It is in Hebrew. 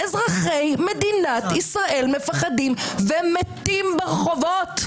אזרחי מדינת ישראל מפחדים ומתים ברחובות.